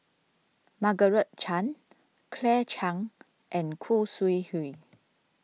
Margaret Chan Claire Chiang and Khoo Sui Hoe